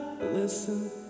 Listen